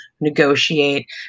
negotiate